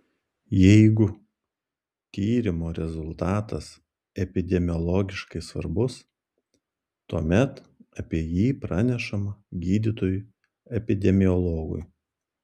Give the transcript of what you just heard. jeigu tyrimo rezultatas epidemiologiškai svarbus tuomet apie jį pranešama gydytojui epidemiologui